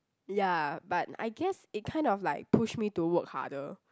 ya but I guess it kind of like push me to work harder